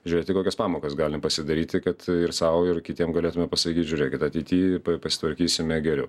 žiūrėti kokias pamokas galim pasidaryti kad ir sau ir kitiem galėtume pasakyti žiūrėkit ateity pa pasitvarkysime geriau